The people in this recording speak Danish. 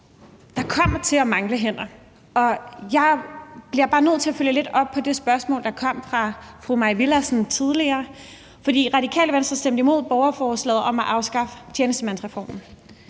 Der kommer til at mangle hænder, og jeg bliver bare nødt til at følge lidt op på det spørgsmål, der kom fra fru Mai Villadsen tidligere. For Radikale Venstre stemte imod borgerforslaget om at afskaffe tjenestemandsreformen.